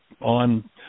on